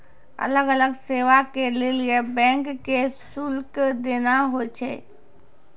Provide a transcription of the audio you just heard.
अलग अलग सेवा के लेली बैंक के शुल्क देना होय छै